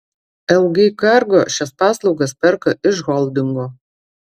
lg cargo šias paslaugas perka iš holdingo